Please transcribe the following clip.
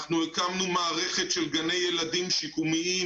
אנחנו הקמנו מערכת של גני ילדים שיקומיים